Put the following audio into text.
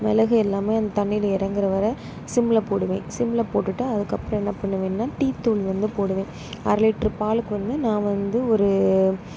மிளகு எல்லாமே அந்த தண்ணியில் இறங்குற வரை சிம்மில் போடுவேன் சிம்மில் போட்டுவிட்டு அதுக்கப்புறோம் என்ன பண்ணுவேன்னால் டீ தூள் வந்து போடுவேன் அரை லிட்ரு பாலுக்கு வந்து நான் வந்து ஒரு